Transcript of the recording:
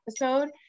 episode